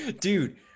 dude